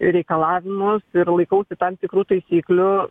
reikalavimus ir laikausi tam tikrų taisyklių